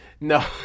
No